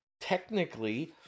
technically